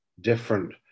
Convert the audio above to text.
different